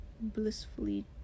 blissfully